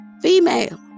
female